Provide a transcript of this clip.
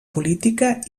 política